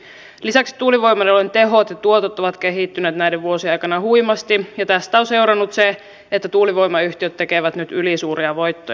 lisäksi tuulivoimaloiden tehot ja tuotot ovat kehittyneet näiden vuosien aikana huimasti ja tästä on seurannut se että tuulivoimayhtiöt tekevät nyt ylisuuria voittoja